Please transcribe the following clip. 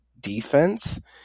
defense